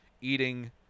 eating